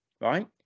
Right